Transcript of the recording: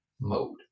mode